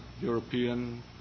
European